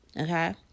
Okay